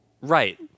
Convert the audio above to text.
Right